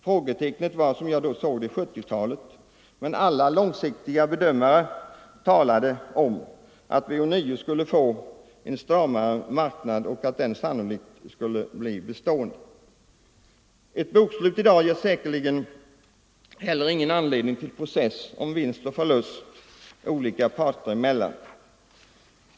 Frågetecknet var som jag då såg det 1970-talet, men alla långsiktiga bedömningar talade för att vi ånyo skulle få en stramare marknad och att den sannolikt skulle bli bestående. Ett bokslut i dag ger säkerligen heller ingen anledning till process om vinst och förlust olika parter emellan.